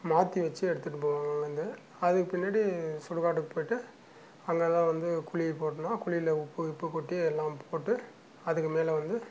மாற்றி வெச்சு எடுத்துகிட்டு போவாங்களாம் இந்த அதுக்கு பின்னாடி சுடுகாட்டுக்கு போயிட்டு அங்கே தான் வந்து குழி போடணும் குழியில் உப்பு கிப்பு கொட்டி எல்லாம் போட்டு அதுக்கு மேலே வந்து